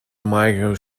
michael